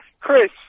Chris